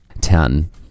Ten